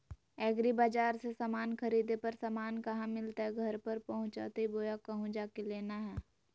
एग्रीबाजार से समान खरीदे पर समान कहा मिलतैय घर पर पहुँचतई बोया कहु जा के लेना है?